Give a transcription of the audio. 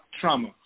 trauma